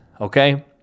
okay